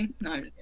No